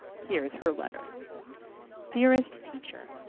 here is her letter dearest teacher,